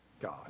God